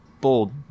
bold